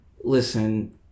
listen